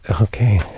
Okay